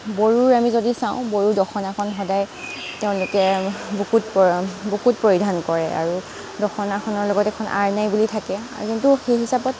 বড়োৰ আমি যদি চাওঁ বড়োৰ দখনাখন সদায় তেওঁলোকে বুকুত পৰে বুকুত পৰিধান কৰে আৰু দখনাখনৰ লগত এখন আৰ্নাই বুলি থাকে আৰু সেইটো সেই হিচাপত